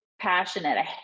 Passionate